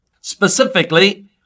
Specifically